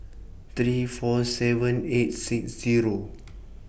three four seven eight six Zero